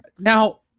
Now